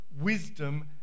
wisdom